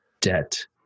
debt